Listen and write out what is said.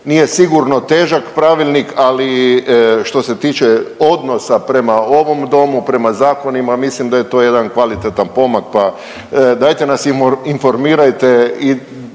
nije sigurno težak pravilnik, ali što se tiče odnosa prema ovom domu, prema zakonima, mislim da je to jedan kvalitetan pomak, pa dajte nas informirajte